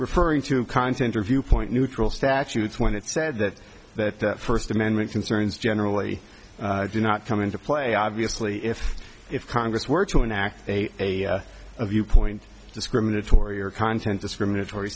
referring to content or viewpoint neutral statutes when it said that that first amendment concerns generally do not come into play obviously if if congress were to enact a viewpoint discriminatory or content discriminatory